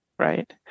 Right